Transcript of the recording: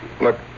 Look